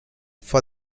for